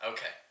Okay